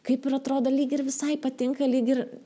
kaip ir atrodo lyg ir visai patinka lyg ir